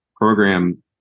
program